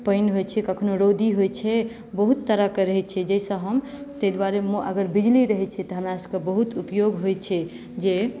पानि होइत छै कखनो रौदी होइत छै बहुत तरहकेँ रहैत छै जाहिसँ हम ताहि द्वारे अगर बिजली रहैत छै तऽ हमरा सभकेँ बहुत उपयोग होइत छै जे